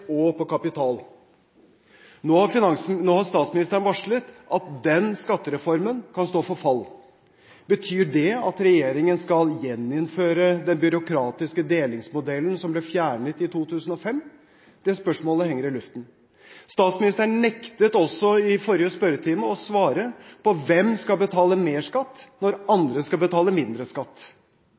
og på kapital. Nå har statsministeren varslet at den skattereformen kan stå for fall. Betyr det at regjeringen skal gjeninnføre den byråkratiske delingsmodellen som ble fjernet i 2005? Det spørsmålet henger i luften. Statsministeren nektet også i forrige spørretime å svare på hvem det er som skal betale mer skatt, når andre skal betale mindre skatt.